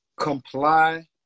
comply